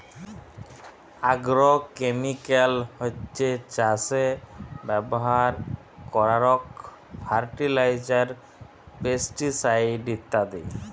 agrochemical হছ্যে চাসে ব্যবহার করারক ফার্টিলাইজার, পেস্টিসাইড ইত্যাদি